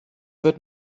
wird